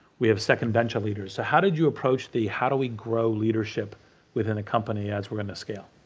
we have second bench of leaders, how did you approach the, how do we grow leadership within a company as we're gonna scale?